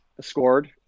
scored